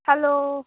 hello